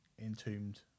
Entombed